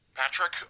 Patrick